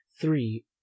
three